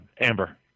Amber